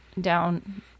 down